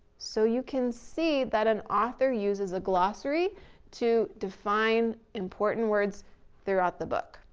so you can see that an author uses a glossary to define important words throughout the book.